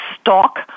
stalk